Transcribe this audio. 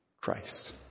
Christ